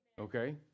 Okay